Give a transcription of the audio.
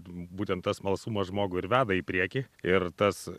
būtent tas smalsumas žmogų ir veda į priekį ir tas